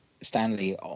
Stanley